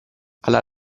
alla